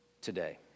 today